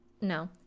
No